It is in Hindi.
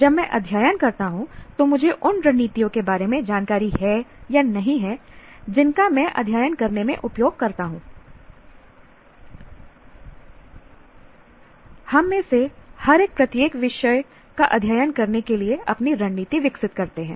जब मैं अध्ययन करता हूं तो मुझे उन रणनीतियों के बारे में जानकारी है नहीं है जिनका मैं अध्ययन करने में उपयोग करता हूंI हम में से हर एक प्रत्येक विषय का अध्ययन करने के लिए अपनी रणनीति विकसित करता है